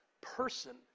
person